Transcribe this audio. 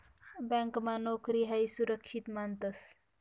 ब्यांकमा नोकरी हायी सुरक्षित मानतंस